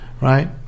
right